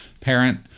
parent